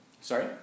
Sorry